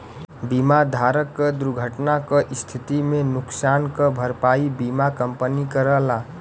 बीमा धारक क दुर्घटना क स्थिति में नुकसान क भरपाई बीमा कंपनी करला